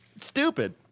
stupid